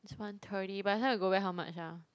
it's one thirty by the time we go back how much ah